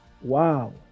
Wow